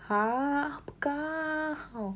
!huh! apa kau